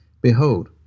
Behold